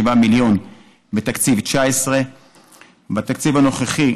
מיליון בתקציב 2019. בתקציב הנוכחי,